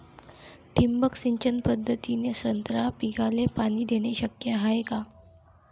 ठिबक सिंचन पद्धतीने संत्रा पिकाले पाणी देणे शक्य हाये का?